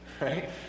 right